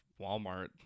Walmart